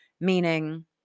meaning